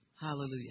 Hallelujah